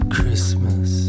Christmas